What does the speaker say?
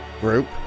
group